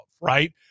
Right